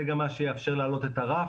זה גם מה שיאפשר להעלות את הרף